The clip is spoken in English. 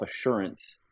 assurance